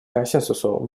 консенсусу